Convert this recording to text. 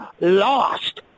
lost